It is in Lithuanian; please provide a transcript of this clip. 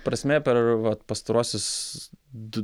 prasmė per vat pastaruosius du